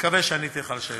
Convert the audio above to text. מקווה שעניתי לך על השאלות.